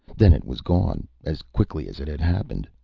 then it was gone as quickly as it had happened,